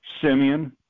Simeon